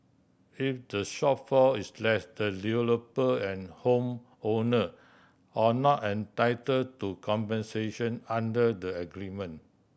if the shortfall is less the developer and home owner are not entitle to compensation under the agreement